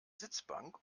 sitzbank